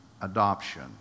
adoption